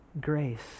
grace